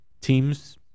teams